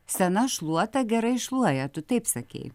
sena šluota gerai šluoja tu taip sakei